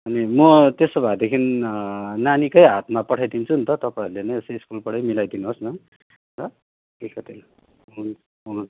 अनि म त्यसो भएदेखि नानीकै हातमा पठाइदिन्छु नि त तपाईँहरूले नै यसो स्कुलबाटै मिलाइदिनु होस् न ल